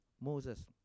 Moses